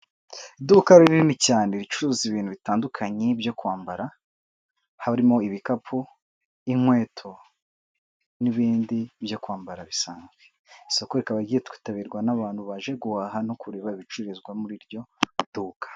Iduka rinini cyane ricuruza ibintu bitandukanye byo kwambara, harimo ibikapu, inkweto n'ibindi byo kwambara bisanzwe, isoko rikaba ryitabirwa n'abantu baje guhaha no kureba ibicururizwa muri iryo duka.